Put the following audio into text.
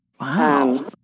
Wow